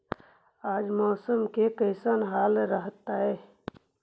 आज मौसम के कैसन हाल रहतइ?